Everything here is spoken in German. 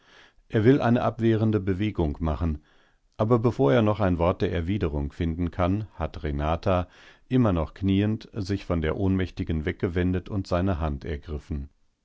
er will eine abwehrende bewegung machen aber bevor er noch ein wort der erwiderung finden kann hat renata noch immer kniend sich von der ohnmächtigen weggewendet und seine hand ergriffen